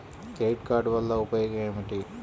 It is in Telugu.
క్రెడిట్ కార్డ్ వల్ల ఉపయోగం ఏమిటీ?